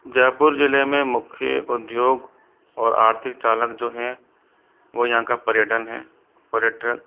जयपुर ज़िले में मुख्य उद्योग और आर्थिक चालक जो हैं वो यहाँ का पर्यटन है पर्यटन